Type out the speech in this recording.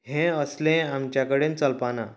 हें असलें आमच्या कडेन चलपाना